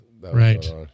right